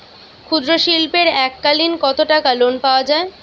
ক্ষুদ্রশিল্পের এককালিন কতটাকা লোন পাওয়া য়ায়?